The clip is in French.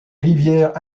rivière